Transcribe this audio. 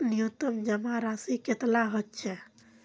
न्यूनतम जमा राशि कतेला होचे?